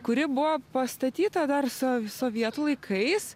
kuri buvo pastatyta dar sov sovietų laikais